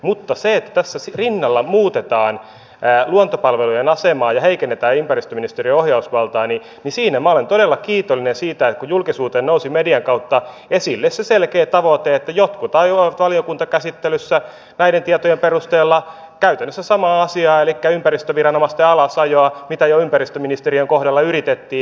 mutta kun tässä rinnalla muutetaan luontopalveluiden asemaa ja heikennetään ympäristöministeriön ohjausvaltaa niin siinä minä olen todella kiitollinen siitä että julkisuuteen nousi median kautta esille se selkeä tavoite että jotkut ajoivat valiokuntakäsittelyssä näiden tietojen perusteella käytännössä samaa asiaa elikkä ympäristöviranomaisten alasajoa mitä jo ympäristöministeriön kohdalla yritettiin